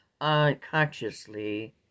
unconsciously